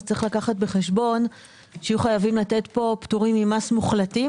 אז צריך לקחת בחשבון שיהיו חייבים לתת פה פטורים מוחלטים.